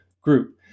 group